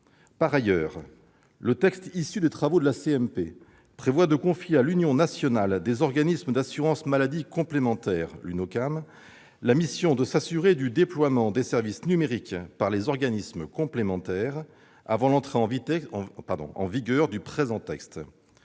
Par ailleurs, le texte prévoit de confier à l'Union nationale des organismes d'assurance maladie complémentaire, l'Unocam, la mission de s'assurer du déploiement des services numériques par les organismes complémentaires avant l'entrée en vigueur du présent texte.